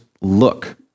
look